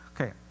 Okay